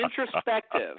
introspective